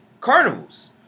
carnivals